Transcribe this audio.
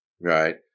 right